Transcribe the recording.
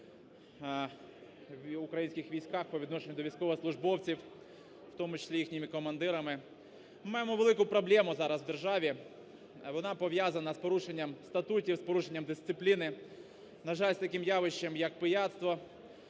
в українських військах по відношенню до військовослужбовців, в тому числі їхніми командирами. Ми маємо велику проблему зараз в державі. Вона пов'язана з порушенням статутів, з порушенням дисципліни, на жаль, з таким явищем, як пияцтво.